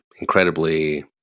incredibly